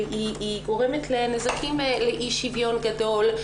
והיא גורמת להם לנזקים ולאי שוויון גדול,